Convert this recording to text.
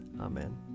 Amen